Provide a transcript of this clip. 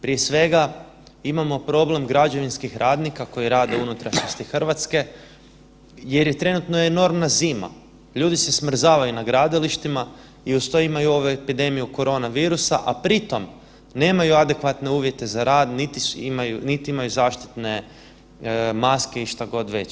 Prije svega imamo problem građevinskih radnika koji rade u unutrašnjosti RH jer je trenutno enormna zima, ljudi se smrzavaju na gradilištima i uz to imaju ovu epidemiju koronavirusa, a pri tom nemaju adekvatne uvjete za rad, niti imaju zaštitne maske i šta god već.